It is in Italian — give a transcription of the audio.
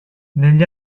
negli